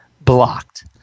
blocked